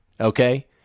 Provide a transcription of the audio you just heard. okay